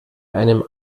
einem